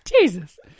Jesus